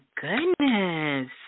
goodness